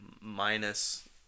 minus